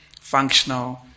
functional